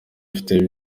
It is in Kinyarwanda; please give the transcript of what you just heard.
ufite